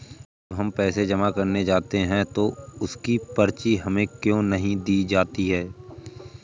जब हम पैसे जमा करने जाते हैं तो उसकी पर्ची हमें क्यो नहीं दी जाती है?